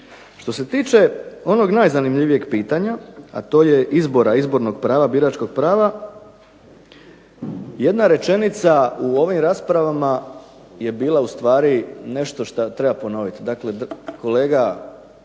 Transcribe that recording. Što se tiče onog najzanimljivijeg pitanja, a to je izbora, izbornog prava, biračkog prava, jedna rečenica u ovim raspravama je bila ustvari nešto što treba ponoviti.